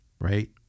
right